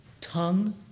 tongue